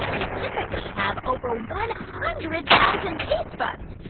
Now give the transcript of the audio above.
they typically have over one hundred thousand taste buds.